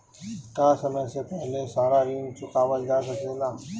का समय से पहले सारा ऋण चुकावल जा सकेला?